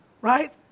Right